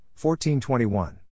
1421